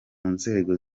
nzego